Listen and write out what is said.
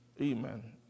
Amen